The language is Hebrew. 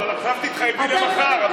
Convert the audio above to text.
לא, אבל עכשיו תתחייבי למחר.